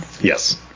Yes